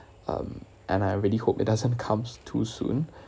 um and I really hope it doesn't comes too soon